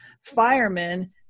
firemen